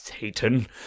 Satan